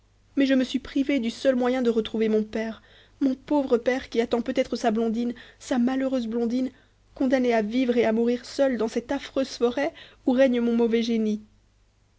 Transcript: mais je me suis privée du seul moyen de retrouver mon père mon pauvre père qui attend peut-être sa blondine sa malheureuse blondine condamnée à vivre et à mourir seule dans cette affreuse forêt où règne mon mauvais génie